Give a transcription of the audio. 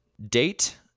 Date